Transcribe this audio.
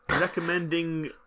recommending